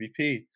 MVP